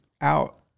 out